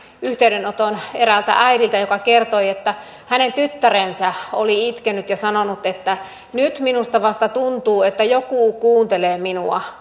yhteydenoton eräältä äidiltä joka kertoi että hänen tyttärensä oli itkenyt ja sanonut että nyt minusta vasta tuntuu että joku kuuntelee minua